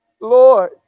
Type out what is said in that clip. Lord